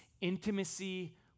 intimacy